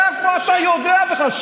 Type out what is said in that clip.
מאיפה אתה יודע בכלל?